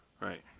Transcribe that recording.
Right